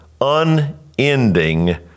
unending